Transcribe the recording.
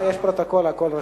יש פרוטוקול, הכול רשום.